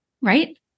right